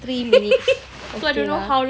okay lah